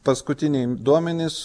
paskutiniai duomenys